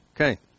Okay